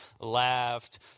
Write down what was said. laughed